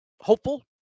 hopeful